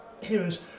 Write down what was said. heroes